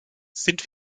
sind